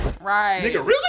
Right